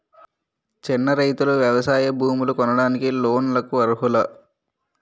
చిన్న రైతులు వ్యవసాయ భూములు కొనడానికి లోన్ లకు అర్హులా?